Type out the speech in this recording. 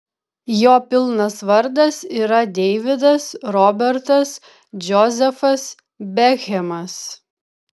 jo pilnas vardas yra deividas robertas džozefas bekhemas